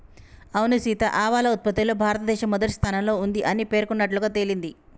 అవును సీత ఆవాల ఉత్పత్తిలో భారతదేశం మొదటి స్థానంలో ఉంది అని పేర్కొన్నట్లుగా తెలింది